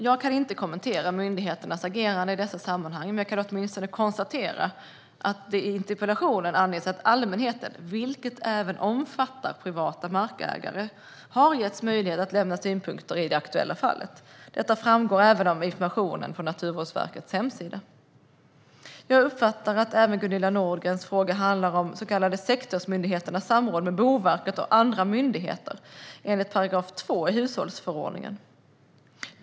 Jag kan inte kommentera myndigheternas ageranden i dessa sammanhang, men jag kan åtminstone konstatera att det i interpellationen anges att allmänheten, vilket även omfattar privata markägare, har getts möjlighet att lämna synpunkter i det aktuella fallet. Detta framgår även av information på Naturvårdsverkets hemsida. Jag uppfattar även att Gunilla Nordgrens fråga handlar om de så kallade sektorsmyndigheternas samråd med Boverket och andra myndigheter enligt 2 § hushållningsförordningen.